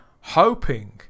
hoping